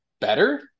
better